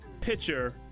pitcher